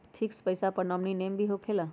Fix पईसा पर nominee name भी होकेला?